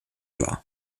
war